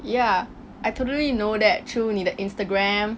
ya I totally know through 你的 Instagram